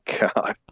God